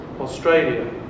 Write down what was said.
Australia